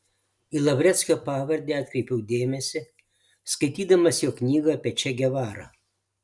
į lavreckio pavardę atkreipiau dėmesį skaitydamas jo knygą apie če gevarą